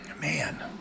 man